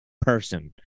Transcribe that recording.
person